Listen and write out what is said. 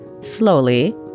slowly